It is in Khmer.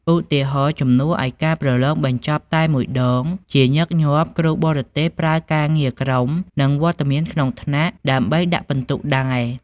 ឧទាហរណ៍ ជំនួសឲ្យការប្រឡងបញ្ចប់តែមួយដង ជាញឹកញាប់គ្រូបរទេសប្រើការងារក្រុម និងវត្តមានក្នុងថ្នាក់ដើម្បីដាក់ពិន្ទុដែរ។